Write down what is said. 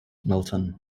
milton